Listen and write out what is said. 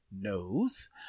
knows